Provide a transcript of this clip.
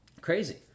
crazy